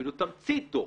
אפילו תמצית דוח.